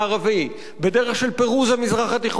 בדרך של פירוז המזרח התיכון מנשק גרעיני.